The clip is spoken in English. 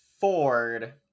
Ford